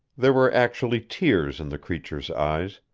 there were actually tears in the creature's eyes,